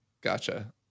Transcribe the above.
gotcha